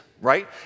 Right